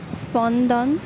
স্পন্দন